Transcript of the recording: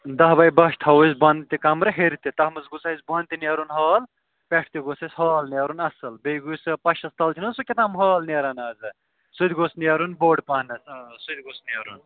دَہ باے بَہہ چھ تھاوَو أسۍ بۄنہٕ تہِ کَمرٕ ہیٚرِ تہِ تَتھ منٛز گوٚژھ اَسہِ بۄنہٕ تہِ نیرُن ہال پٮ۪ٹھٕ تہِ گوٚژھ اَسہِ ہال نیرُن اَصٕل بیٚیہِ گوٚژھ پَشس تَل چھُنا سُہ کیٛاہتام ہال نیران اَز سُہ تہِ گوٚژھ نیرُن بوٚڈ پَہَن سُہ تہِ گوٚژھ نیرُن